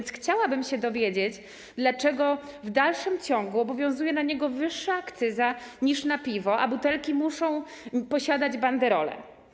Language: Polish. Chciałabym się więc dowiedzieć, dlaczego w dalszym ciągu obowiązuje na niego wyższa akcyza niż na piwo, a butelki muszą mieć banderolę.